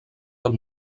del